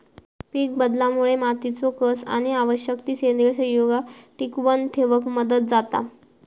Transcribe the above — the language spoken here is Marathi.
पीकबदलामुळे मातीचो कस आणि आवश्यक ती सेंद्रिय संयुगा टिकवन ठेवक मदत जाता